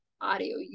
audio